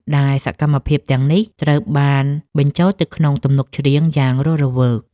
ដែលសកម្មភាពទាំងនេះត្រូវបានបញ្ចូលទៅក្នុងទំនុកច្រៀងយ៉ាងរស់រវើក។